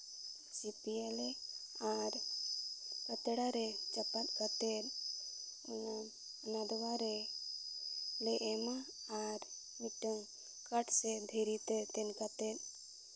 ᱥᱤᱯᱤᱭᱟᱞᱮ ᱟᱨ ᱯᱟᱛᱲᱟ ᱨᱮ ᱪᱟᱯᱟᱫ ᱠᱟᱛᱮ ᱟᱨ ᱱᱟᱫᱽᱣᱟ ᱨᱮ ᱞᱮ ᱮᱢᱼᱟ ᱟᱨ ᱢᱤᱫᱴᱟᱹᱱ ᱠᱟᱴ ᱥᱮ ᱫᱷᱤᱨᱤ ᱛᱮ ᱛᱮᱱ ᱠᱟᱛᱮ